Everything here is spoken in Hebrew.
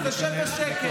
אז תשב בשקט.